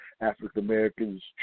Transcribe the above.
African-Americans